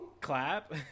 clap